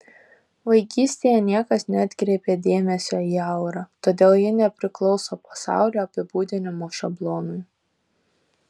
vaikystėje niekas neatkreipė dėmesio į aurą todėl ji nepriklauso pasaulio apibūdinimo šablonui